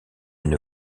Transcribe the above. une